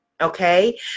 Okay